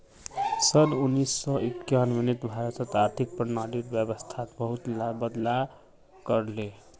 सन उन्नीस सौ एक्यानवेत भारत आर्थिक प्रणालीर व्यवस्थात बहुतला बदलाव कर ले